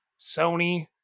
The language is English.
Sony